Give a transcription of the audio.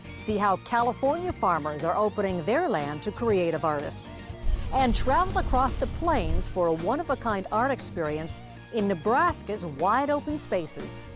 see how california farmers are opening their land to creative artists and travel across the plains for a one of a kind art experience in nebraska's wide open spaces.